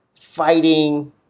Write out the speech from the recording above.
fighting